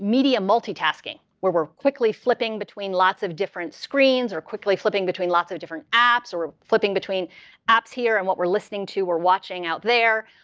media multitasking where we're quickly flipping between lots of different, screens or quickly flipping between lots of different apps, or flipping between apps here, and what we're listening to, we're watching out there.